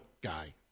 guy